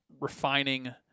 refining